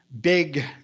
big